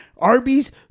Arby's